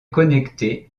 connecté